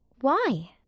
Why